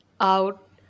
out